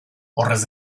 horrez